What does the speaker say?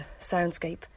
soundscape